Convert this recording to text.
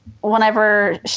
whenever